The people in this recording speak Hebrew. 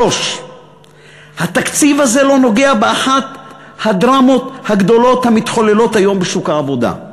3. התקציב הזה לא נוגע באחת הדרמות הגדולות המתחוללות היום בשוק העבודה,